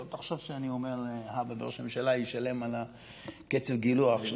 שלא תחשוב שאני אומר: הבה וראש הממשלה ישלם על קצף הגילוח.